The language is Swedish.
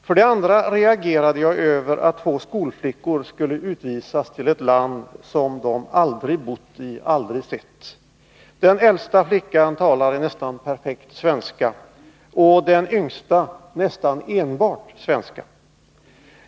För det andra reagerade jag mot att två skolflickor skulle utvisas till ett land som due aldrig bott i, aldrig sett. Den äldsta flickan talar nästan perfekt svenska och den yngsta nästan enbart svenska.